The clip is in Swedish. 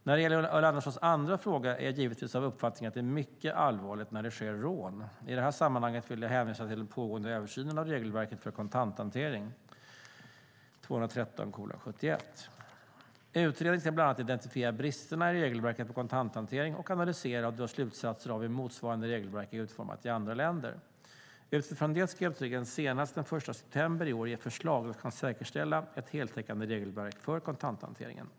När det gäller Ulla Anderssons andra fråga är jag givetvis av uppfattningen att det är mycket allvarligt när det sker rån. I det här sammanhanget vill jag hänvisa till den pågående översynen av regelverket för kontanthantering . Utredningen ska bland annat identifiera bristerna i regelverket för kontanthantering och analysera och dra slutsatser av hur motsvarande regelverk är utformat i andra länder. Utifrån det ska utredningen senast den 1 september i år ge förslag som kan säkerställa ett heltäckande regelverk för kontanthanteringen.